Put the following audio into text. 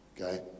Okay